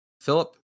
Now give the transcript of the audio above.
Philip